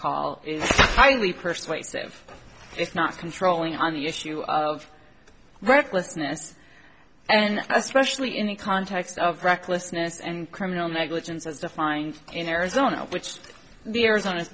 call is highly personal a sieve it's not controlling on the issue of recklessness and especially in the context of recklessness and criminal negligence as defined in arizona which the arizona